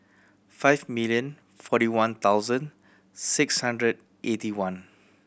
five million forty one thousand six hundred eighty one